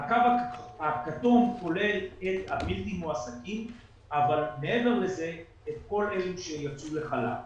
הקו הכתום כולל את הבלתי מועסקים אבל מעבר לזה את כל אלה שיצאו לחל"ת.